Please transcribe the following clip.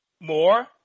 more